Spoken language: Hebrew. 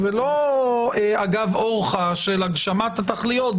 זה לא אגב אורחה של הגשמת התכליות,